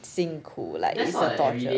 辛苦 like is a torture